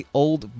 old